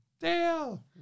Dale